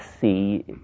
see